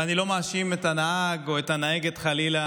ואני לא מאשים את הנהג או את הנהגת, חלילה.